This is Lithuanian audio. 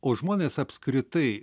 o žmonės apskritai